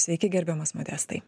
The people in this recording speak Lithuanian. sveiki gerbiamas modestai